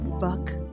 Fuck